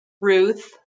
ruth